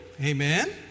Amen